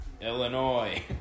Illinois